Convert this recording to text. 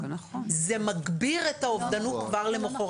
יש עכשיו שתי בנות שתקועות במחלקת נוער